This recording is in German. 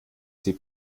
sie